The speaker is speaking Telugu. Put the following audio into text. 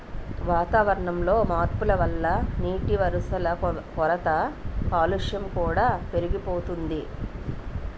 వాతావరణంలో మార్పుల వల్ల నీటివనరుల కొరత, కాలుష్యం కూడా పెరిగిపోతోంది